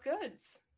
goods